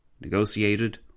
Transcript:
negotiated